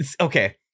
okay